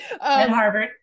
Harvard